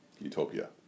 Utopia